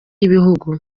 y’ibihugu